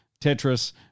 Tetris